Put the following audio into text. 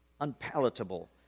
unpalatable